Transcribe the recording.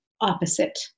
Opposite